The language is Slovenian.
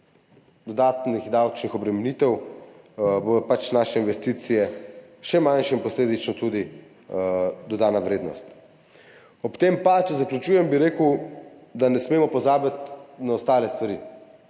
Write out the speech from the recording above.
dodatnih davčnih obremenitev bodo pač naše investicije še manjše in posledično tudi dodana vrednost. Ob tem pa, če zaključujem, bi rekel, da ne smemo pozabiti na ostale stvari.